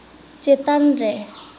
ᱪᱮᱛᱟᱱ ᱨᱮ